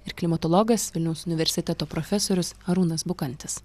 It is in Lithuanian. ir klimatologas vilniaus universiteto profesorius arūnas bukantis